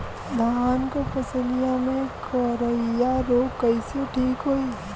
धान क फसलिया मे करईया रोग कईसे ठीक होई?